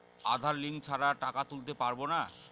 আধার link ছাড়া টাকা তুলতে পারব না?